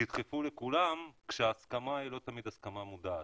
תדחפו לכולם כשההסכמה היא לא תמיד הסכמה מודעת.